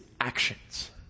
actions